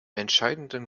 entscheidenden